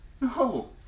No